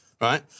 right